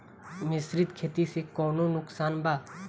मिश्रित खेती से कौनो नुकसान बा?